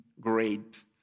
great